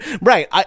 right